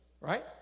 right